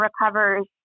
Recovers